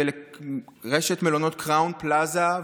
לרשת מלונות קראון-פלאזה,